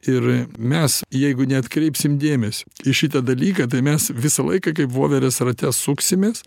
ir mes jeigu neatkreipsim dėmesio į šitą dalyką tai mes visą laiką kaip voverės rate suksimės